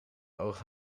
oog